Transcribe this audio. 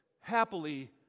happily